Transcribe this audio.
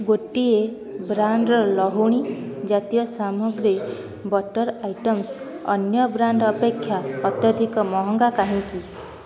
ଗୋଟିଏ ବ୍ରାଣ୍ଡ୍ର ଲହୁଣୀ ଜାତୀୟ ସାମଗ୍ରୀ ବଟର ଆଇଟମ୍ସ ଅନ୍ୟ ବ୍ରାଣ୍ଡ୍ ଅପେକ୍ଷା ଅତ୍ୟଧିକ ମହଙ୍ଗା କାହିଁକି